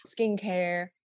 skincare